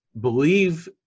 believe